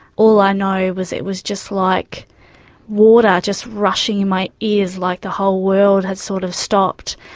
all i know was it was just like water just rushing in my ears like the whole world had sort of stopped,